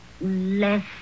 less